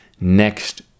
next